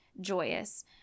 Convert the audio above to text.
joyous